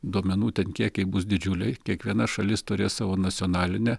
duomenų ten kiekiai bus didžiuliai kiekviena šalis turės savo nacionalinę